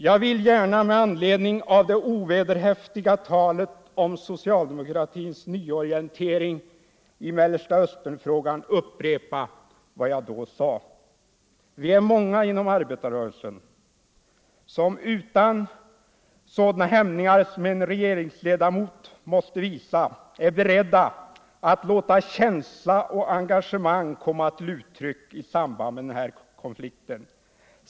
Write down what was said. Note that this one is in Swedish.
Jag vill gärna med anledning av det ovederhäftiga talet om socialdemokratins nyorientering i Mellersta Östern-frågan upprepa vad jag då sade: ”Vi är många inom arbetarrörelsen som utan sådana hämningar” — som en regeringsledamot måste visa — ”är beredda att låta känsla och engagemang komma till uttryck i samband med den här konflikten.